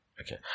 Okay